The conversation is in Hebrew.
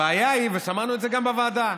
הבעיה היא, ושמענו את זה גם בוועדה,